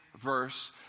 verse